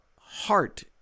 heart